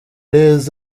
les